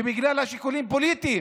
שבגלל שיקולים פוליטיים